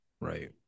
right